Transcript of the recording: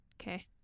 Okay